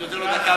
לבקשת